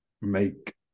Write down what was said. make